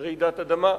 רעידת אדמה,